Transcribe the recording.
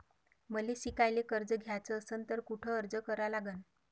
मले शिकायले कर्ज घ्याच असन तर कुठ अर्ज करा लागन?